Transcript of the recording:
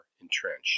entrenched